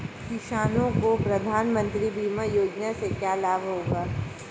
किसानों को प्रधानमंत्री बीमा योजना से क्या लाभ होगा?